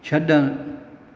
छड॒णु